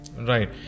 right